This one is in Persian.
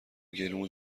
گلومو